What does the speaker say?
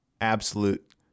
Absolute